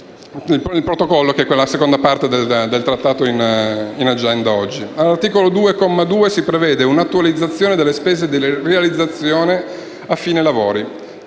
al Protocollo, la seconda parte dell'Accordo in agenda oggi. All'articolo 2, comma 2, si prevede un'attualizzazione delle spese di realizzazione a fine lavori.